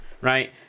right